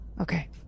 Okay